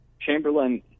Chamberlain